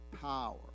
power